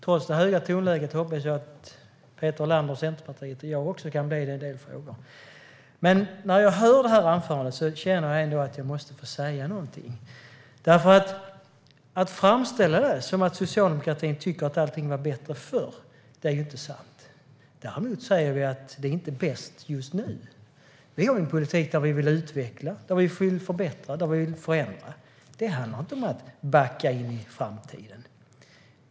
Trots det höga tonläget hoppas jag att Peter Helander från Centerpartiet och jag också kan bli överens i en del frågor. När jag hör det här anförandet känner jag att jag måste få säga någonting. Peter Helander framställer det som att socialdemokratin tycker att allting var bättre förr. Det är inte sant. Däremot säger vi att det inte är bäst just nu. Vi har en politik för att utveckla, förbättra och förändra. Det handlar inte om att "backa in i framtiden".